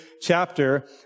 chapter